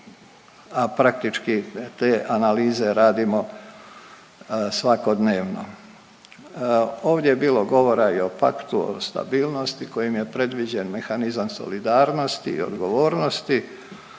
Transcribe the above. praktički te analize radimo svakodnevno. Ovdje je bilo govora i o Paktu o stabilnosti kojim je predviđen mehanizam solidarnosti i odgovornosti